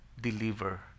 deliver